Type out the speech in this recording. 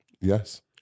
Yes